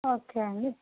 okay అండి